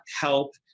help